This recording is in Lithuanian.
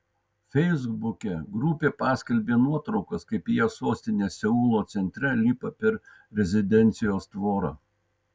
feisbuke grupė paskelbė nuotraukas kaip jie sostinės seulo centre lipa per rezidencijos tvorą